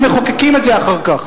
ומחוקקים את זה אחר כך.